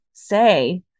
say